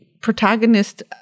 protagonist